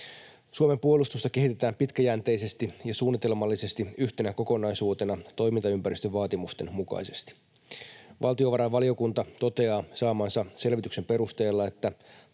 Suomen puolustusta kehitetään pitkäjänteisesti ja suunnitelmallisesti yhtenä kokonaisuutena toimintaympäristön vaatimusten mukaisesti. Valtiovarainvaliokunta toteaa saamansa selvityksen perusteella, että